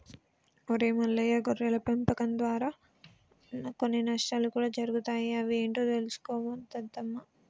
ఒరై మల్లయ్య గొర్రెల పెంపకం దారా కొన్ని నష్టాలు కూడా జరుగుతాయి అవి ఏంటో తెలుసుకోరా దద్దమ్మ